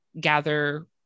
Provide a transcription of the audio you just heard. gather